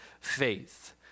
faith